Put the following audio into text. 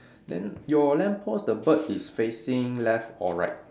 then your lamppost the bird is facing left or right